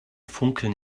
funkeln